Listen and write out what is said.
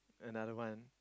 another one